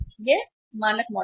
यह मानक मॉडल है